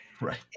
right